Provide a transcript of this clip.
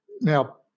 Now